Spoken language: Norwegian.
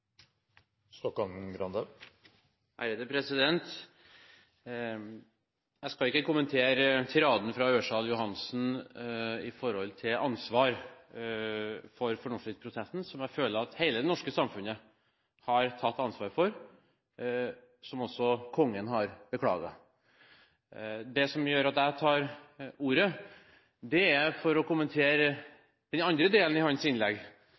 Jeg skal ikke kommentere tiraden fra Ørsal Johansen når det gjelder ansvar for fornorskingsprosessen, som jeg føler at hele det norske samfunnet har tatt ansvar for, og som også Kongen har beklaget. Jeg tar ordet for å kommentere den andre delen av hans innlegg,